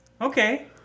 okay